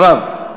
הרב.